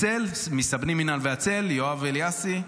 הצל, מסאבלימינל והצל, יואב אליאסי.